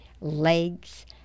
legs